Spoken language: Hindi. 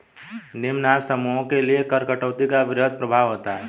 निम्न आय समूहों के लिए कर कटौती का वृहद प्रभाव होता है